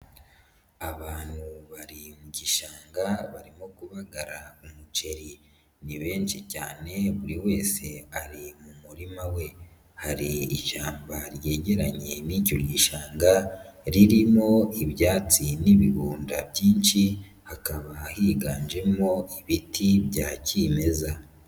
Abantu bariryoishanga barimo kubagara umuceri, ni benshi cyane buri wese ari mu murima we, hari ishyamba ryegeranye n'icyo gishanga ririmo ibyatsi n'ibigunda byinshi, hakaba higanjemo ibiti bya kimeza.